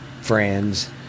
friends